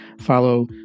follow